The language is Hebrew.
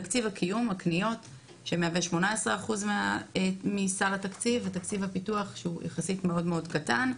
תקציב הקיום שמהווה 18% מסל התקציב ותקציב הפיתוח שיחסית מאוד קטן.